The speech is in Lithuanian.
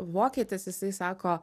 vokietis jisai sako